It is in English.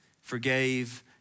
forgave